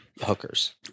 hookers